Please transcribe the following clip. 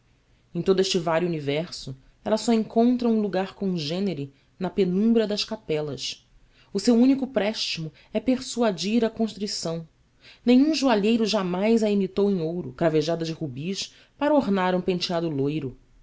em todo este vário universo ela só encontra um lugar congênere na penumbra das capelas o seu único préstimo é persuadir à contrição nenhum joalheiro jamais a imitou em ouro cravejada de rubis para ornar um penteado louro